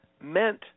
meant